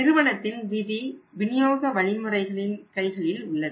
நிறுவனத்தின் விதி விநியோக வழிமுறைகளின் கைகளில் உள்ளது